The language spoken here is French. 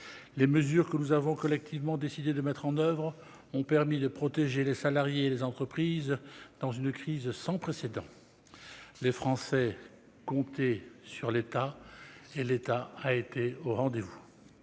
les mesures que nous avons collectivement décidé de mettre en oeuvre ont permis de protéger les salariés et les entreprises dans une crise sans précédent. Les Français comptaient sur l'État et celui-ci a été au rendez-vous.